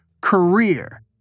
career